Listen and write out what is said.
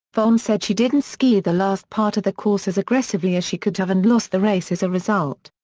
vonn said she didn't ski the last part of the course as aggressively as she could have and lost the race as a result.